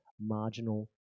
marginal